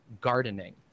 gardening